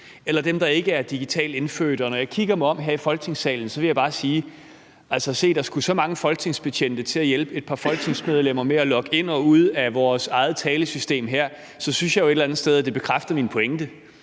eller dem, der ikke er digitalt indfødte. Og jeg vil bare sige, at når jeg kigger mig om her i Folketingssalen, synes jeg, at det, at der skulle så mange folketingsbetjente til at hjælpe et par folketingsmedlemmer med at logge ind og ud af vores eget talesystem her, jo et eller andet sted bekræfter min pointe